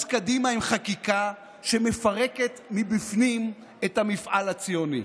קדימה עם חקיקה שמפרקת מבפנים את המפעל הציוני.